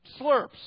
slurps